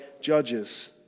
judges